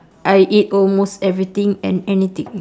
I eat almost everything and anything